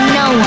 no